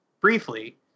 Briefly